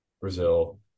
Brazil